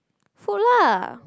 food lah